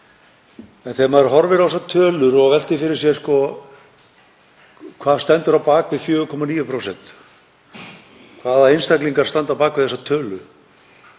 En þegar maður horfir á þessar tölur og veltir því fyrir sér hvað stendur á bak við 4,9%, hvaða einstaklingar standa á bak við þessa tölu,